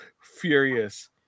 furious